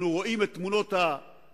אנחנו רואים את תמונות הרכב,